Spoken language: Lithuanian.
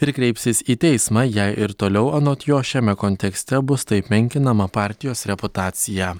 ir kreipsis į teismą jei ir toliau anot jo šiame kontekste bus taip menkinama partijos reputacija